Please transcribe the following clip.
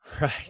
Right